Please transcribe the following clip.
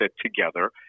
together